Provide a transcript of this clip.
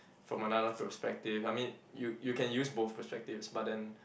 from another perspective I mean you you can use both perspectives but then